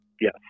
Yes